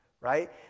right